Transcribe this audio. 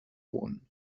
won